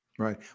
Right